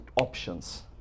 options